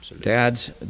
dads